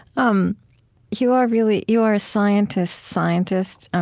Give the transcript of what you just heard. um you are really you are a scientist's scientist,